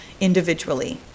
individually